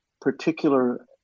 particular